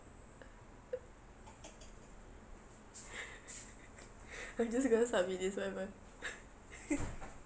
I'm just going to submit this time ah